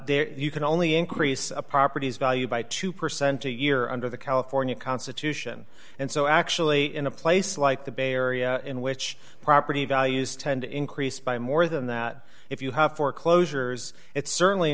there you can only increase a property's value by two percent a year under the california constitution and so actually in a place like the bay area in which property values tend increased by more than that if you have foreclosures it's certainly